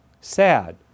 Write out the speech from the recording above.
sad